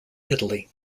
italy